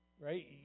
right